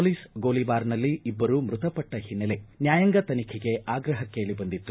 police ಗೋಲಿಬಾರ್ನಲ್ಲಿ ಇಬ್ಬರು ಮೃತಪಟ್ಟ ಹಿನ್ನೆಲೆ ನ್ಯಾಯಾಂಗ ತನಿಖೆಗೆ ಆಗ್ರಹ ಕೇಳಿಬಂದಿತ್ತು